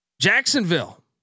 Jacksonville